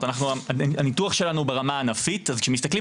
הניתוח שלנו ברמה הענפית אז כשמסתכלים